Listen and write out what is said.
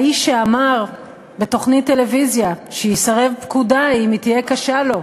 האיש שאמר בתוכנית טלוויזיה שיסרב פקודה אם היא תהיה קשה לו,